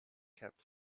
kept